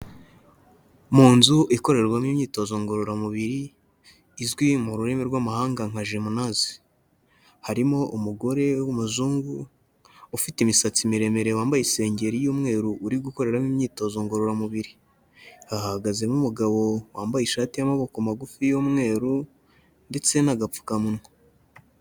Mu nzu ikorerwamo imyitozo ngororamubiri izwi mu rurimi rw'amahanga nka jimunaze. Harimo umugore w'umuzungu, ufite imisatsi miremire wambaye isengeri y'umweru uri gukoreramo imyitozo ngororamubiri. Hahagazemo umugabo wambaye ishati y'amaboko magufi y'umweru ndetse n'agapfukamunwa.